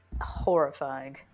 horrifying